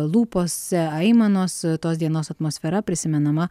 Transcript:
lūpose aimanos tos dienos atmosfera prisimenama